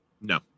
No